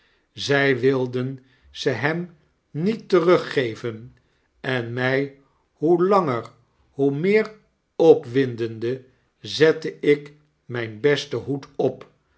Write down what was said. zij wilden ze hem niet teruggeven en mij hoe langer hoe meer opwindende zette ik mijn besten hoed op